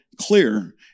clear